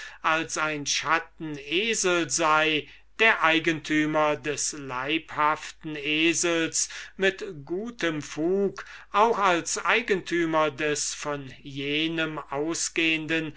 als ein schattenesel sei der eigentümer des leibhaften esels mit gutem fug auch als eigentümer des von jenem ausgehenden